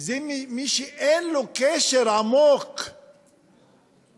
הוא מי שאין לו קשר עמוק לטבע,